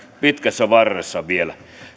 pitkässä varressa vielä